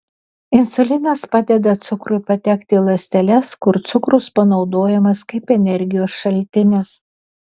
insulinas padeda cukrui patekti į ląsteles kur cukrus panaudojamas kaip energijos šaltinis